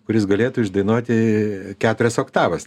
kuris galėtų išdainuoti keturias oktavas